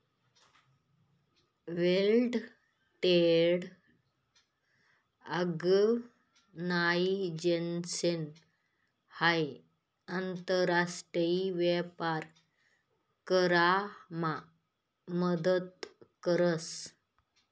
world Trade Organisation हाई आंतर राष्ट्रीय व्यापार करामा मदत करस